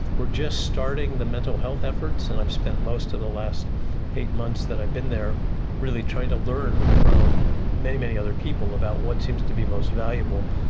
we are just starting the mental health efforts, and i've spent most of the last eight months that i've been there really trying to learn from many, many other people about what seems to be most valuable.